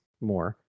more